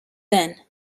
then